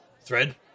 Thread